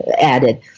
added